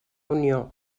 unió